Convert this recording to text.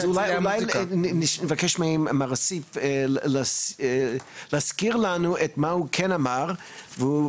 אז אולי נבקש ממר אסיף להזכיר לנו את מה שהוא כן אמר ואת,